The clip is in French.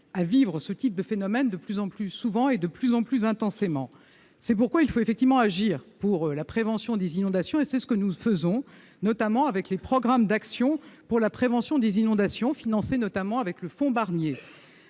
à vivre ce type de phénomènes de plus en plus souvent et de plus en plus intensément. C'est pourquoi il faut effectivement agir pour la prévention des inondations, et c'est ce que nous faisons, en particulier avec les programmes d'action pour la prévention des inondations, financés notamment par le Fonds Barnier.